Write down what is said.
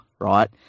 right